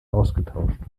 ausgetauscht